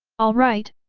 alright,